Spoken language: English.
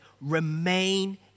remain